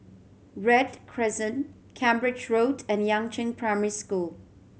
Read Crescent Cambridge Road and Yangzheng Primary School